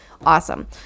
awesome